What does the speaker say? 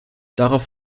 darauf